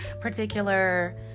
particular